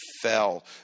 fell